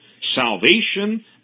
Salvation